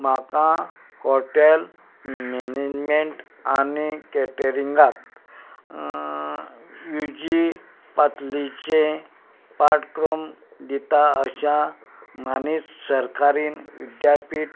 म्हाका hotel management आनी केटरिंगांत विजी पातलेचे पाटक्रम दिता अशा मानेस सरकारीन विद्यापीठ